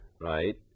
right